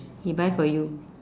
he buy for you